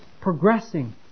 progressing